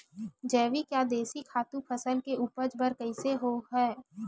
जैविक या देशी खातु फसल के उपज बर कइसे होहय?